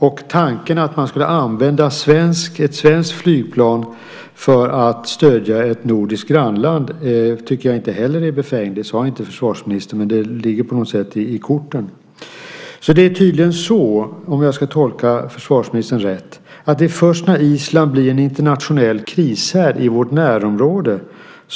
Och jag tycker inte att tanken att man skulle använda ett svenskt flygplan för att stödja ett nordiskt grannland är befängd - det sade inte heller försvarsministern, men det ligger på något sätt i korten. Om jag tolkar försvarsministern rätt är det tydligen så att det skulle kunna bli aktuellt först när Island blir en internationell krishärd i vårt närområde.